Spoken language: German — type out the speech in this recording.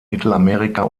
mittelamerika